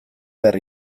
behar